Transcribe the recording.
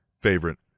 favorite